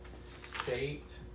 state